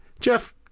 Jeff